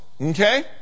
Okay